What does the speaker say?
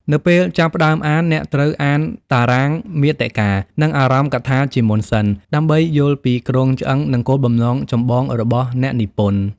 នៅពេលចាប់ផ្ដើមអាន អ្នកត្រូវអានតារាងមាតិកា និងអារម្ភកថាជាមុនសិន ដើម្បីយល់ពីគ្រោងឆ្អឹង និងគោលបំណងចម្បងរបស់អ្នកនិពន្ធ។